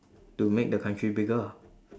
to make the country bigger ah